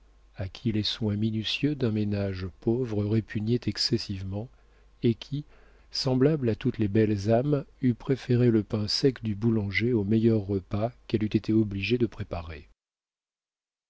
à qui les soins minutieux d'un ménage pauvre répugnaient excessivement et qui semblable à toutes les belles âmes eût préféré le pain sec du boulanger au meilleur repas qu'elle eût été obligée de préparer